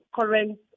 current